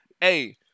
Hey